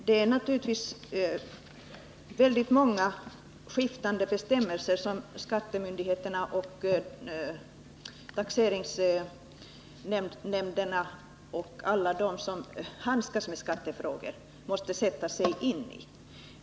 Det är naturligtvis många skiftande bestämmelser som skattemyndigheterna, taxeringsnämnderna och alla andra som handskas med skattefrågor måste sätta sig in i.